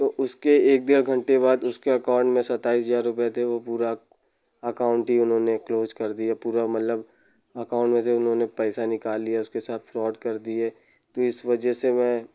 तो उसके एक डेढ़ घंटे बाद उसके अकाउंट में सत्ताईस हजार रुपये थे वो पूरा अकाउंट ही उन्होंने क्लोज़ कर दिए पूरा मतलब अकाउंट में से उन्होंने पैसा निकाल लिया उसके साथ फ्रॉड कर दिए तो इस वजह से मैं